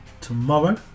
tomorrow